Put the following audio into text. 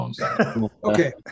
Okay